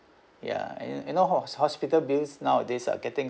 ya you you know how was hospital bills nowadays are getting